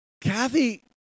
Kathy